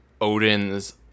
Odin's